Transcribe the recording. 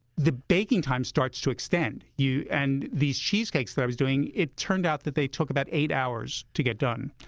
the baking time starts to extend. and these cheesecakes that i was doing, it turned out that they took about eight hours to get done,